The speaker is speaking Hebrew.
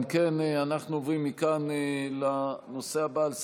אם כן, אנחנו עוברים מכאן לנושא הבא על סדר-היום: